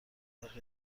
برخی